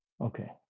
Okay